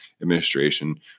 administration